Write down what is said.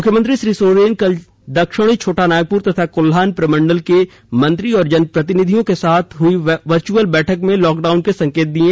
मुख्यमंत्री श्री सोरेन ने कल दक्षिणी छोटानागपुर तथा कोल्हान प्रमंडल के मंत्री और जनप्रतिनिधियों के साथ हुई वर्चुअल बैठक में लॉकडाउन के संकेत दिये